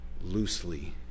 loosely